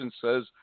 says